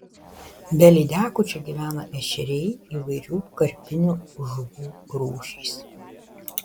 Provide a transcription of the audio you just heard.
be lydekų čia gyvena ešeriai įvairių karpinių žuvų rūšys